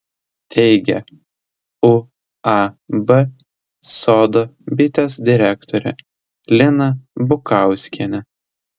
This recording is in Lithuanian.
teigia uab sodo bitės direktorė lina bukauskienė